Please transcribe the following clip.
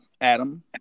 Adam